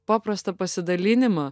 paprastą pasidalinimą